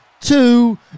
two